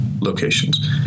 locations